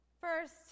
First